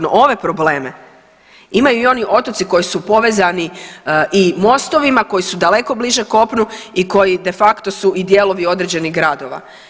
No ove probleme imaju i oni otoci koji su povezani i mostovima, koji su daleko bliže kopnu i koji de facto su i dijelovi određenih gradova.